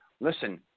listen